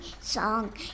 song